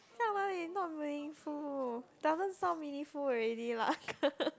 not meaningful doesn't sound meaningful already lah